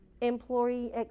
employee